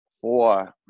Four